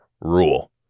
rule